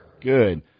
Good